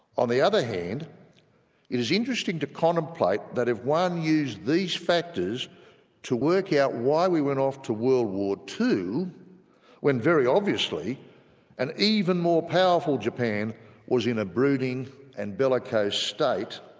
on the other hand it is interesting to contemplate that if one used these factors to work out why we went off to world war ii when very obviously an even more powerful japan was in a brooding and bellicose state,